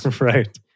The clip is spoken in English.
Right